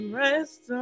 rest